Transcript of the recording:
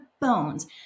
bones